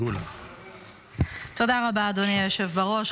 תודה רבה, אדוני היושב-ראש.